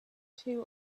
two